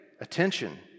attention